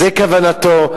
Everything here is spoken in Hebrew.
זו כוונתו,